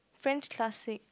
French classic